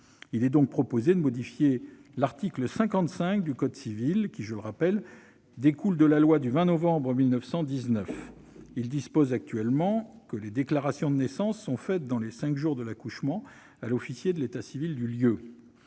Il est donc proposé de modifier l'article 55 du code civil, qui, je le rappelle, découle de la loi du 20 novembre 1919 et dispose, dans sa rédaction actuelle, que « les déclarations de naissance sont faites dans les cinq jours de l'accouchement, à l'officier de l'état civil du lieu